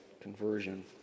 conversion